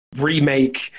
remake